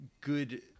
good